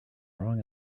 wrong